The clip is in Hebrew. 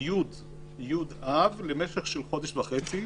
ב-י' באב, למשך חודש וחצי.